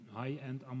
high-end